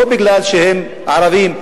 לא מפני שהם ערבים,